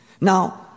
Now